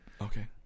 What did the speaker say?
Okay